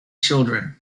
children